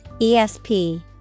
ESP